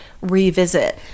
revisit